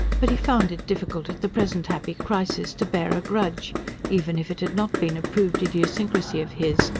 but he found it difficult at the present happy crisis to bear a grudge even if it had not been a proved idiosyncrasy of his,